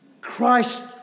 Christ